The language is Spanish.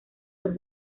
los